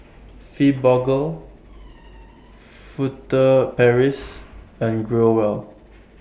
Fibogel Furtere Paris and Growell